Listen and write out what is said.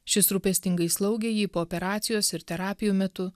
šis rūpestingai slaugė jį po operacijos ir terapijų metu